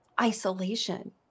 isolation